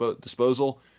disposal